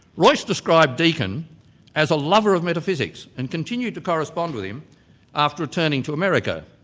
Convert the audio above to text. royce described deakin as a lover of metaphysics, and continued to correspond with him after returning to america.